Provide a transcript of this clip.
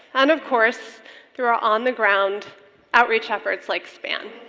and of course through our on-the-ground outreach efforts like span.